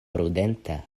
prudenta